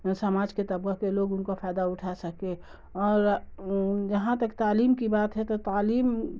سماج کے طبقہ کے لوگ ان کا فائدہ اٹھا سکے اور جہاں تک تعلیم کی بات ہے تو تعلیم